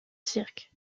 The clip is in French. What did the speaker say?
cirque